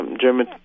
German